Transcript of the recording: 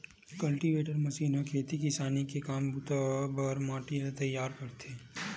cultivator machine ह खेती किसानी के काम बूता बर माटी ल तइयार करथे